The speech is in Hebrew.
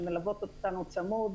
שמלוות אותנו צמוד.